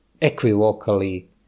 equivocally